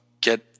get